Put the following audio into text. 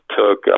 took